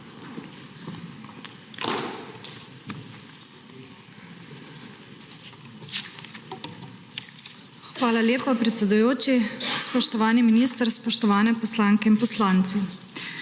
Hvala lepa, predsedujoči. Spoštovani minister, spoštovani poslanke in poslanci!